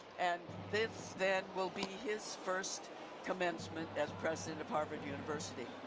and this then will be his first commencement as president of harvard university.